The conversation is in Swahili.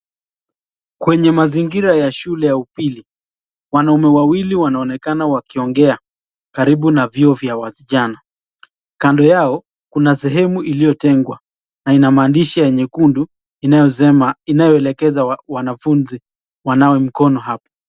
Kwenye mazingira ya shule ya upili, wanaume wawili wanaoneakana wakiongea karibu na vioo vya vijana, kando yao kuna sehemu iliyotengwa na ina maandishi ya nyekundu, inayoelekeza wanafunzi wanawe mikono hapa.